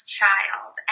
child